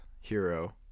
hero